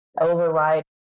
override